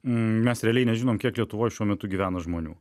mes realiai nežinom kiek lietuvoj šiuo metu gyvena žmonių